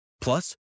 Plus